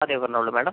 അതെ പറഞ്ഞോളൂ മാഡം